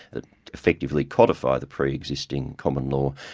that effectively codify the pre-existing common law,